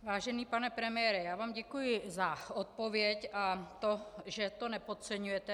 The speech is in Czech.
Vážený pane premiére, já vám děkuji za odpověď a to, že to nepodceňujete.